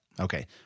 Okay